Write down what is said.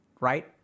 right